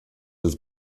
des